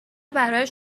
برایش